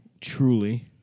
Truly